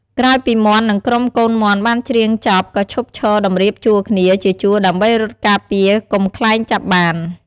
ក្រោយពីមាន់និងក្រុមកូនមាន់បានច្រៀងចប់ក៏ឈប់ឈរតម្រៀបជួរគ្នាជាជួរដើម្បីរត់ការពារកុំខ្លែងចាប់បាន។